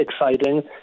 exciting